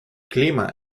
klima